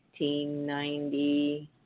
1990